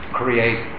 create